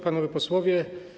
Panowie Posłowie!